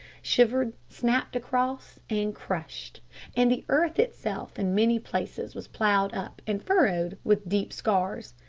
shivered, snapped across, and crushed and the earth itself in many places was ploughed up and furrowed with deep scars.